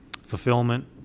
fulfillment